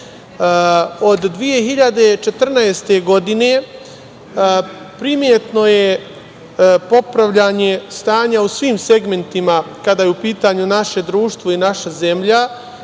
2014. godine primetno je popravljanje stanja u svim segmentima, kada je u pitanju naše društvo i naša zemlja